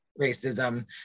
racism